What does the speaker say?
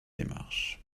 démarche